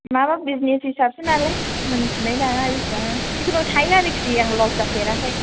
माबा बिजिनेस हिसाबसो नालाय मोनथिलाय लाङा बेसेबां जिखुनु थायो आरोखि आं लस जाफेराखै